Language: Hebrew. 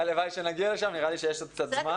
הלוואי שנגיע לשם, נראה לי שיש עוד קצת זמן.